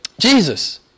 Jesus